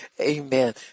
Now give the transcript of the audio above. amen